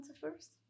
first